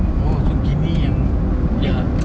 oh tu gini yang eh